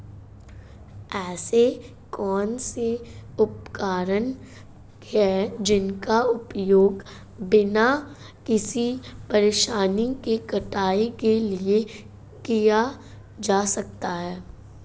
ऐसे कौनसे उपकरण हैं जिनका उपयोग बिना किसी परेशानी के कटाई के लिए किया जा सकता है?